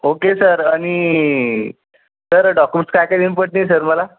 okay sir आणि sir documents काय काय नेईन पडतील सर मला